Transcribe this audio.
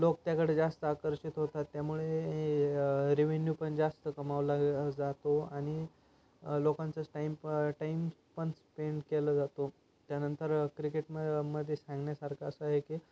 लोक त्याकडे जास्त आकर्षित होतात त्यामुळे रेव्हेन्यू पण जास्त कमावला जातो आणि लोकांचाच टाईम प टाईम पण स्पेंड केला जातो त्यानंतर क्रिकेटम मध्ये सांगण्यासारखं असं आहे की